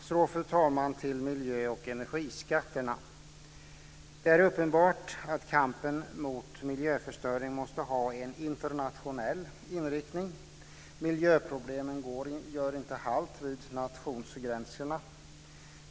Så, fru talman, till miljö och energiskatterna. Det är uppenbart att kampen mot miljöförstöring måste ha en internationell inriktning. Miljöproblemen gör inte halt vid nationsgränserna.